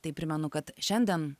tai primenu kad šiandien